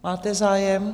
Máte zájem?